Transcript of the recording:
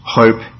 hope